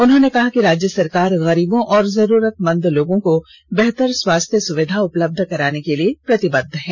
उन्होंने कहा कि राज्य सरकार गरीबों और जरूरतमंद लोगों को बेहतर स्वास्थ्य सुविधा उपलब्ध कराने के लिए प्रतिबद्ध है